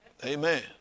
Amen